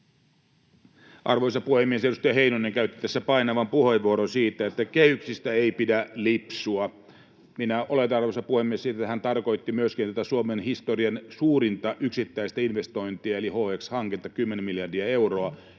Arvoisa puhemies! Edustaja Heinonen käytti tässä painavan puheenvuoron siitä, että kehyksistä ei pidä lipsua. Minä oletan, arvoisa puhemies, että siten hän tarkoitti myöskin tätä Suomen historian suurinta yksittäistä investointia eli HX-hanketta, 10 miljardia euroa.